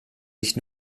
nicht